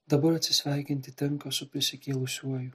dabar atsisveikinti tenka su prisikėlusiuoju